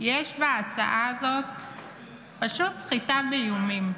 בהצעה הזאת פשוט סחיטה באיומים,